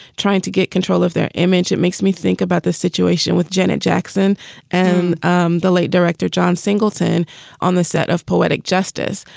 trying to get control of their image. it makes me think about the situation with janet jackson and um the late director john singleton on the set of poetic justice.